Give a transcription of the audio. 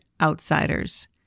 outsiders